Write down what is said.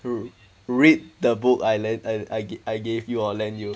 bro read the book I lend I I I gave you or lend you